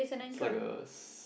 is like a